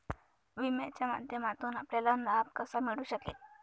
विम्याच्या माध्यमातून आपल्याला लाभ कसा मिळू शकेल?